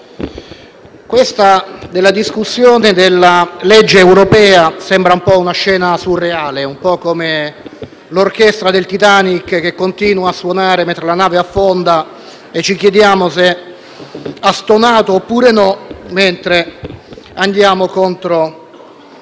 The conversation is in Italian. questa discussione della legge europea sembra un po' una scena surreale, un po' come l'orchestra del Titanic che continua a suonare mentre la nave affonda e di cui ci chiediamo se ha stonato o meno, mentre andiamo contro